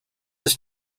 his